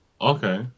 Okay